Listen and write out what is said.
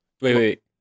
Wait